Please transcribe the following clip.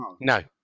No